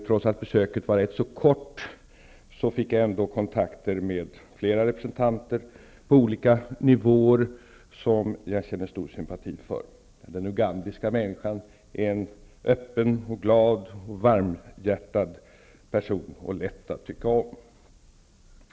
Trots att besöket var rätt så kort fick jag kontakter med flera representanter på olika nivåer som jag känner stor sympati för. Den ugandiska människan är en öppen, glad och varmhjärtad person och lätt att tycka om.